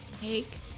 take